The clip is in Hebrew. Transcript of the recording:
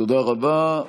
תודה רבה.